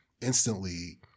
instantly